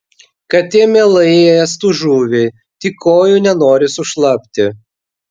katė mielai ėstų žuvį tik kojų nenori sušlapti